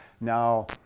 Now